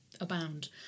abound